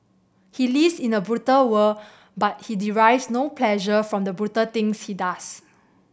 he lives in a brutal world but he derives no pleasure from the brutal things he does